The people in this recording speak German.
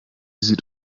sieht